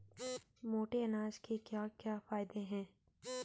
मोटे अनाज के क्या क्या फायदे हैं?